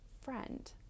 friend